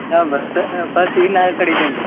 ನಾನು bus bus ಇಲ್ವ ಆ ಕಡೆ ಇದ್ದೇನೆ ರೀ